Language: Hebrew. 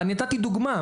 אני נתתי דוגמה,